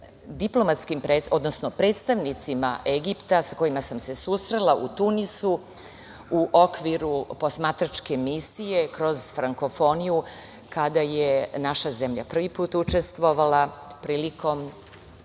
ne govorim o predstavnicima Egipta sa kojima sam se susrela u Tunisu u okviru Posmatračke misije kroz Frankofoniju, kada je naša zemlja prvi put učestvovala, prilikom